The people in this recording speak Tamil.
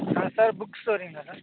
ஆ சார் புக்ஸ் ஸ்டோருங்களா சார்